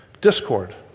discord